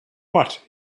what